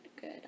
good